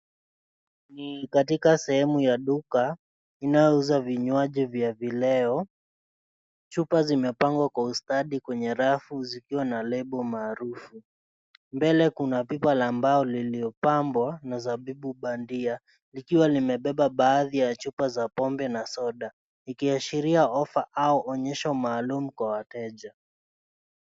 Ni katika sehemu ya duka inayouza vinywaji vya vileo, chupa zimepangwa kwa ustadi kwenye rafu zikiwa na [c.s]lable maarufu. Mbele kuna pipa la mbao lililopambwa na zabibu bandia likiwa limebeba baadhi ya chupa za pombe na soda ikiashiria offer au maonyesho maalum kwa wateja.